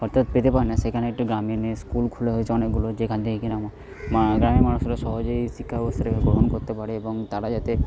অর্থাৎ পেতে পারে না সেখানে একটা গ্রামীণ স্কুল খোলা হয়েছে অনেকগুলো যেখান থেকে এরম মা গ্রামের মানুষেরা সহজেই শিক্ষাব্যবস্থাটাকে গ্রহণ করতে পারে এবং তারা যাতে